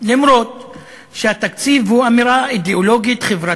אף שהתקציב הוא אמירה אידיאולוגית-חברתית